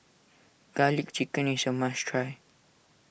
Garlic Chicken is a must try